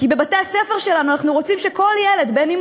כי אנחנו רוצים שכל ילד בבתי-הספר שלנו,